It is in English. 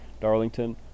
Darlington